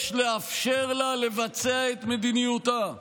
יש לאפשר לה לבצע את מדיניותה.